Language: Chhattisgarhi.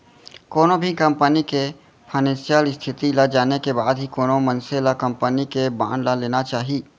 कोनो भी कंपनी के फानेसियल इस्थिति ल जाने के बाद ही कोनो मनसे ल कंपनी के बांड ल लेना चाही